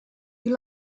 you